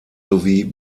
sowie